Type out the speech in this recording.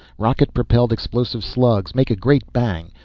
rocket-propelled explosive slugs. make a great bang.